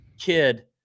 kid